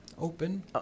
open